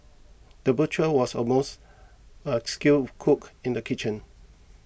the butcher was almost a skilled cook in the kitchen